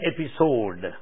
episode